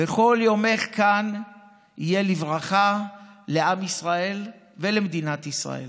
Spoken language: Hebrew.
וכל יומך כאן יהיה לברכה לעם ישראל ולמדינת ישראל.